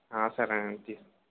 సరేనండి తీసు